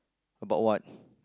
about what